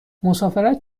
مسافرت